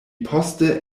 poste